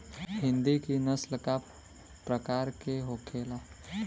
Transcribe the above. हिंदी की नस्ल का प्रकार के होखे ला?